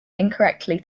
incorrectly